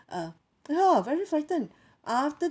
ah ya lah very frightened after